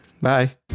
bye